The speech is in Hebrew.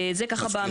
זה ככה באמירה.